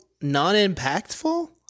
non-impactful